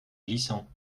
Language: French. glissant